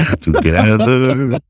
together